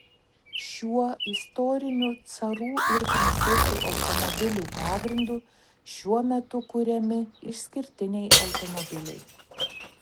šiuo istoriniu carų ir princesių automobilių pagrindu šiuo metu kuriami išskirtiniai automobiliai